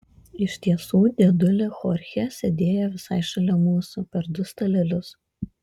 iš tiesų dėdulė chorchė sėdėjo visai šalia mūsų per du stalelius